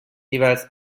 jeweils